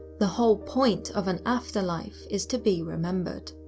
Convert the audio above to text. the whole point of an afterlife is to be remembered.